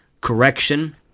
correction